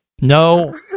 No